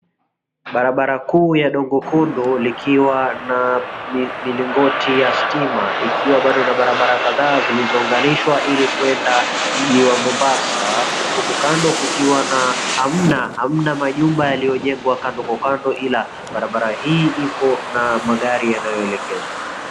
Barabara kuu ya dogo kundo likiwa na milingoti ya stima ikiwa bado na barabara kadhaa, zilizounganishwa ili kwenda mji wa Mombasa huko kando kukiwa hamna majumba yaliyojengwa kando kwa kando ila barabara hii ikona magari ambayo yanaelekezwa.